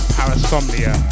Parasomnia